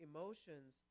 Emotions